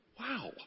Wow